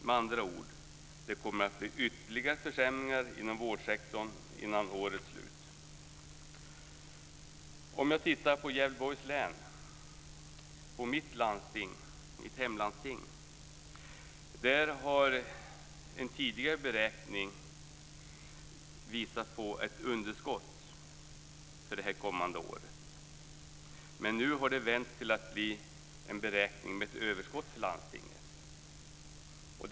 Med andra ord: Det kommer att bli ytterligare försämringar inom vårdsektorn innan årets slut. Om jag tittar på Gävleborgs län, på mitt hemlandsting, ser jag att en tidigare beräkning visat på ett underskott för det kommande året. Nu har det vänts till att bli ett beräknat överskott för landstinget.